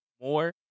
more